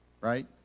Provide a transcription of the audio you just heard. right